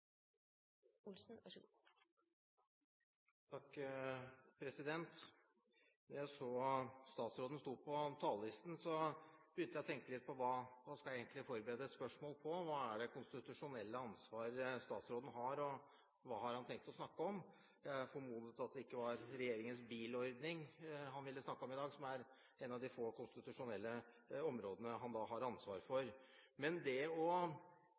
jeg så at statsråden sto på talerlisten, begynte jeg å tenke litt på: Hva skal jeg egentlig forberede spørsmål om? Hva er det konstitusjonelle ansvaret statsråden har, og hva har han tenkt å snakke om? Jeg formodet at det ikke var regjeringens bilordning han ville snakke om i dag, som er et av de få konstitusjonelle områdene han har ansvar for. Men det å snakke sammen, det å ha en dialog mellom departementene og